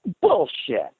Bullshit